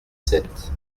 sept